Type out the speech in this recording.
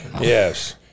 Yes